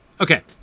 Okay